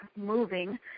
moving